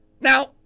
Now